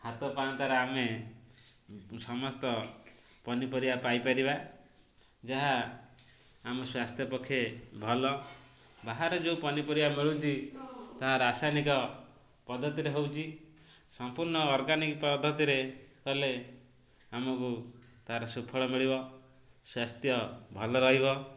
ହାତ ପାହାଁନ୍ତାରେ ଆମେ ସମସ୍ତ ପନିପରିବା ପାଇ ପାରିବା ଯାହା ଆମ ସ୍ୱାସ୍ଥ୍ୟ ପକ୍ଷେ ଭଲ ବାହାରେ ଯେଉଁ ପନିପରିବା ମିଳୁଛି ତାହା ରାସାୟନିକ ପଦ୍ଧତିରେ ହେଉଛି ସମ୍ପୂର୍ଣ୍ଣ ଅର୍ଗାନିକ ପଦ୍ଧତିରେ କଲେ ଆମକୁ ତା'ର ସୁଫଳ ମିଳିବ ସ୍ୱାସ୍ଥ୍ୟ ଭଲ ରହିବ